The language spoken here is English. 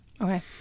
Okay